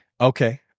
Okay